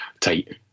tight